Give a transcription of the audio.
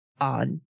on